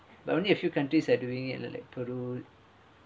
but only a few countries are doing it like peru